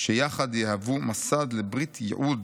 שיחד יהוו מסד לברית ייעוד